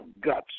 guts